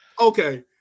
Okay